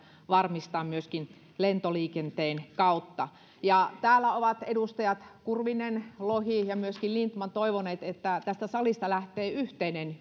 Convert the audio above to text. varmistaa myöskin lentoliikenteen kautta täällä ovat edustajat kurvinen lohi ja myöskin lindtman toivoneet että tästä salista lähtee yhteinen